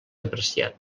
apreciat